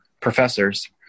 professors